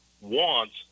wants